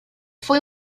fue